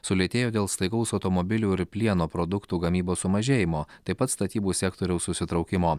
sulėtėjo dėl staigaus automobilių ir plieno produktų gamybos sumažėjimo taip pat statybų sektoriaus susitraukimo